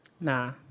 Nah